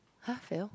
!huh! fail